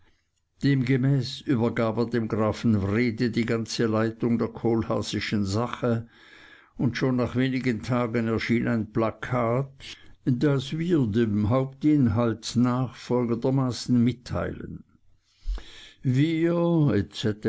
demgemäß übergab er dem grafen wrede die ganze leitung der kohlhaasischen sache und schon nach wenigen tagen erschien ein plakat das wir dem hauptinhalt nach folgendermaßen mitteilen wir